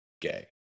gay